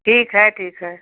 ठीक है ठीक है